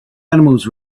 animals